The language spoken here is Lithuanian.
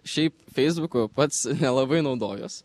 šiaip feisbuku pats nelabai naudojuos